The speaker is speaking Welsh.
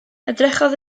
edrychodd